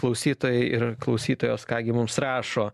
klausytojai ir klausytojos ką gi mums rašo